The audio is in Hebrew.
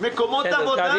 לתת מקומות עבודה.